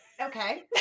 Okay